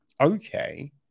okay